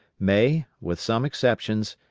may, with some exceptions,